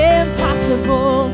impossible